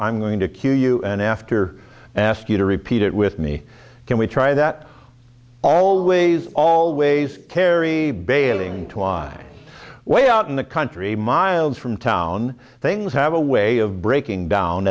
i'm going to cue you and after ask you to repeat it with me can we try that always always carry a bailing twine way out in the country miles from town things have a way of breaking down